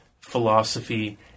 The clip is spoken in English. philosophy